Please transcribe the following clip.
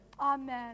Amen